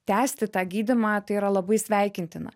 tęsti tą gydymą tai yra labai sveikintina